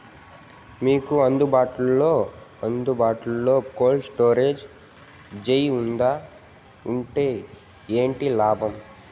మీకు అందుబాటులో బాటులో కోల్డ్ స్టోరేజ్ జే వుందా వుంటే ఏంటి లాభాలు?